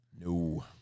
No